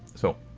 so,